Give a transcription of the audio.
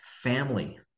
Family